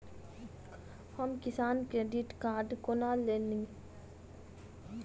हम किसान credit card कोना ली?